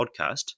podcast